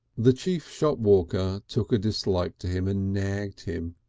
the chief shopwalker took a dislike to him and nagged him.